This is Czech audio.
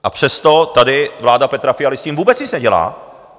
A přesto tady vláda Petra Fialy s tím vůbec nic nedělá.